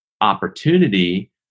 opportunity